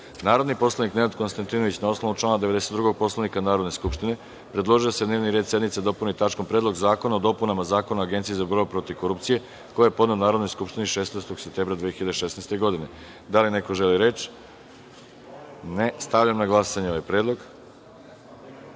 predlog. Narodni poslanik Nenad Konstantinović, na osnovu člana 92. Poslovnika Narodne skupštine, predložio je da se dnevni red sednice dopuni tačkom - Predlog zakona o dopunama Zakona o Agenciji za borbu protiv korupcije, koji je podneo Narodnoj skupštini 16. septembra 2016. godine. Da li neko želi reč? (Ne.)Stavljam na glasanje ovaj